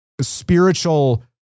spiritual